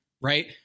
Right